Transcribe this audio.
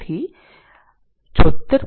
તેથી તે 76